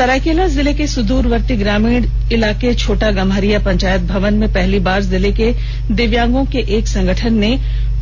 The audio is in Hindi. सरायकेला जिले के सुदूरवर्ती ग्रामीण इलाके छोटा गम्हरिया पंचायत भवन में पहली बार जिले के दिव्यांगों के एक संगठन ने